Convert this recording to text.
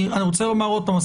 אני רוצה לומר עוד פעם,